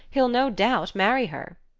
he'll, no doubt, marry her.